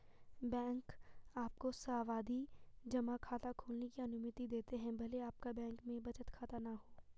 bank आपको सावधि जमा खाता खोलने की अनुमति देते हैं भले आपका बैंक में बचत खाता न हो